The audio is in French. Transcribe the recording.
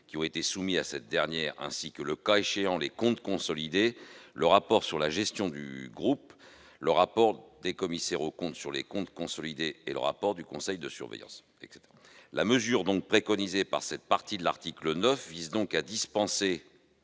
qui ont été soumis à cette dernière ainsi que, le cas échéant, les comptes consolidés, le rapport sur la gestion du groupe, le rapport des commissaires aux comptes sur les comptes consolidés et le rapport du conseil de surveillance ». L'alinéa 27 de l'article 9 vise donc à dispenser